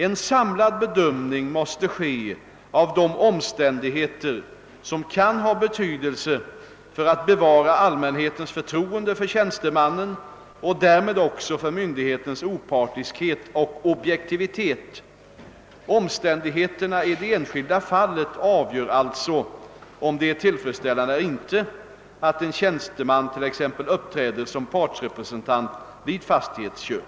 En samlad bedömning måste ske av de omständigheter som kan ha betydelse för att bevara allmänhetens förtroende för tjänstemannen och därmed också för myndighetens opartiskhet och objektivitet. Omständigheterna i det enskilda fallet avgör alltså om det är tillfredsställande eller inte att en tjänsteman 1. ex. uppträder som partsrepresentant vid fastighetsköp.